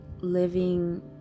living